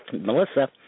Melissa